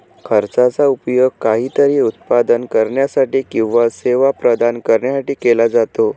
खर्चाचा उपयोग काहीतरी उत्पादन करण्यासाठी किंवा सेवा प्रदान करण्यासाठी केला जातो